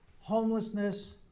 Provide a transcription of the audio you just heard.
homelessness